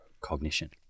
cognition